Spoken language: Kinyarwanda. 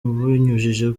abinyujije